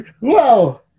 Whoa